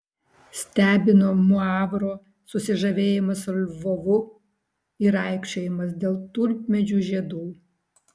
stebino muavro susižavėjimas lvovu ir aikčiojimas dėl tulpmedžių žiedų